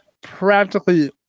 practically